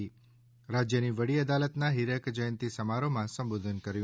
રાજ્યની વડી અદાલતના હીરક જયંતિ સમારીહમાં સંબોધન કર્યું